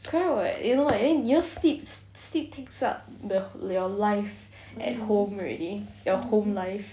correct [what] you know you know sleep sleep takes up the your life at home already your home life